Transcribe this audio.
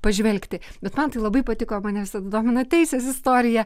pažvelgti bet man tai labai patiko mane sudomina teisės istorija